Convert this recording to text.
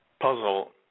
puzzle